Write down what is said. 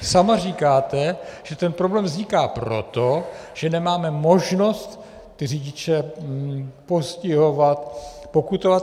Sama říkáte, že ten problém vzniká proto, že nemáme možnost řidiče postihovat, pokutovat.